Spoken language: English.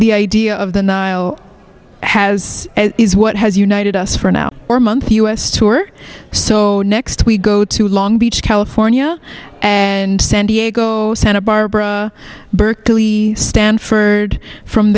the idea of the nile has is what has united us for an hour or month u s tour so next we go to long beach california and san diego santa barbara berkeley stand for from